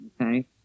Okay